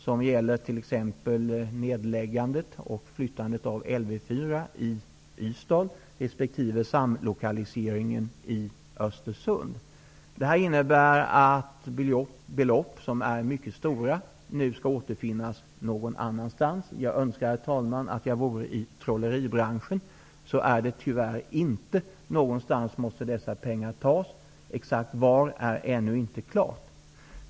Det gäller t.ex. nedläggningen och flyttningen av Lv 4 i Ystad resp. samlokaliseringen i Östersund. Det innebär att mycket stora belopp nu återfinns någon annanstans. Jag önskar, herr talman, att jag vore i trolleribranschen. Men det är jag tyvärr inte, och någonstans måste dessa pengar tas -- exakt var är ännu inte klart.